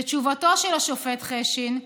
ותשובתו של השופט חשין: